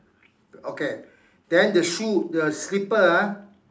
okay then the shoe the slipper ah